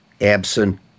absent